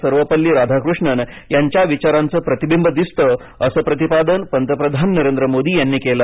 सर्वपल्ली राधाकृष्णन यांच्या विचारांचं प्रतिबिंब दिसतं असं प्रतिपादन पंतप्रधान नरेंद्र मोदी यांनी केलं